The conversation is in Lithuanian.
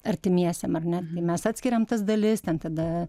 artimiesiem ar ne tai mes atskiriam tas dalis ten tada